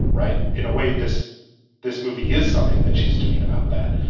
right. in a way, this this movie is something that she's doing about that.